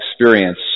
experience